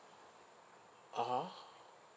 (uh huh)